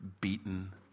beaten